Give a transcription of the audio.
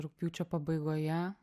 rugpjūčio pabaigoje